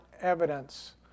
evidence